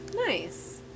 Nice